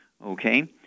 Okay